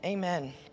Amen